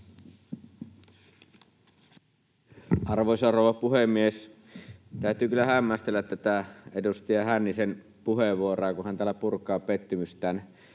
Arvoisa rouva puhemies! Täytyy kyllä hämmästellä tätä edustaja Hännisen puheenvuoroa, kun hän täällä purkaa pettymystään